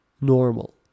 normal